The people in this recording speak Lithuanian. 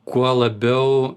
kuo labiau